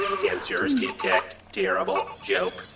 and sensors detect terrible joke